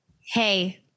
Hey